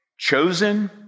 Chosen